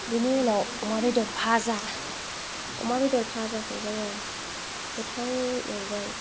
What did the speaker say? बेनि उनाव अमा बेदर भाजा अमा बेदर फाजाखौ जोङो गोथाव एवबाय